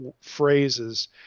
phrases